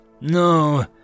No